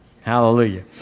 Hallelujah